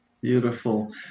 Beautiful